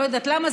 לא יודעת למה,